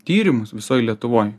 tyrimus visoj lietuvoj